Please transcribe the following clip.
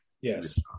Yes